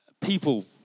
people